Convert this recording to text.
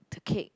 the cake